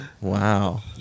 Wow